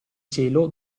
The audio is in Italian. cielo